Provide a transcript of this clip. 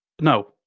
No